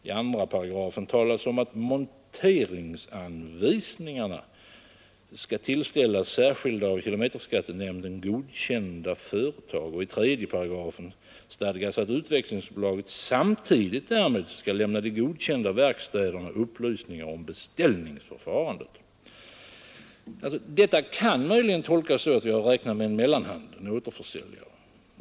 I § 2 talas om att monteringsanvisningarna skall tillställas av kilometerskattenämnden godkända företag och i § 3 stadgas att Utvecklingsbolaget samtidigt därmed skall lämna de godkända verkstäderna upplysningar om beställningsförfarandet. Detta kan möjligen tolkas så, att vi har att räkna med en mellanhand, en återförsäljare.